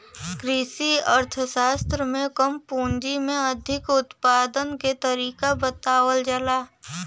कृषि अर्थशास्त्र में कम पूंजी में अधिक उत्पादन के तरीका बतावल जाला